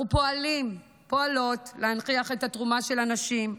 אנחנו פועלים ופועלות להנכיח את התרומה של הנשים,